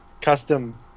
custom